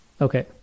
Okay